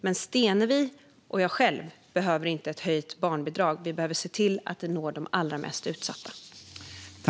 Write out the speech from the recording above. Men Stenevi och jag själv behöver inte ett höjt barnbidrag, utan vi behöver se till att de allra mest utsatta nås.